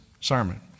sermon